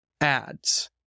ads